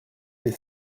des